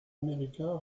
américain